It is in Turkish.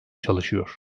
çalışıyor